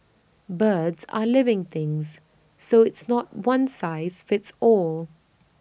birds are living things so it's not one size fits all